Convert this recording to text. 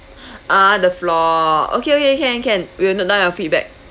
ah the floor okay okay can can we will note down your feedback